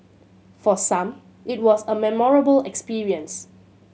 for some it was a memorable experience